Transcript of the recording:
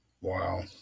Wow